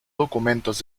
documentos